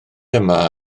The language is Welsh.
yma